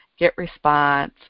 GetResponse